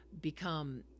become